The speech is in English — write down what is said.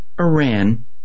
Iran